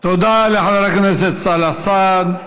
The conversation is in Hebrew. תודה לחבר הכנסת סאלח סעד.